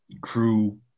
crew